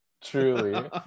truly